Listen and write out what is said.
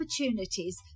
opportunities